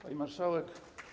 Pani Marszałek!